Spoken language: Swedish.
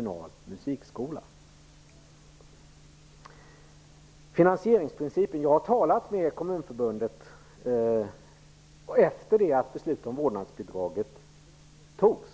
Vidare var det frågan om finansieringsprincipen. Jag talade med Kommunförbundet efter det att beslutet om vårdnadsbidraget fattades.